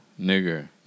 Nigger